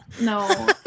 no